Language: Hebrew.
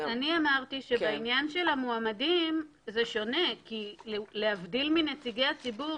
אמרתי שבעניין של המועמדים זה שונה כי להבדיל מנציגי הציבור,